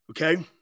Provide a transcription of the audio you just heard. Okay